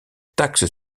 taxe